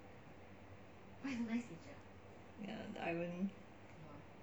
ya I wouldn't